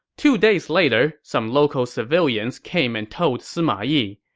two days later, some local civilians came and told sima yi,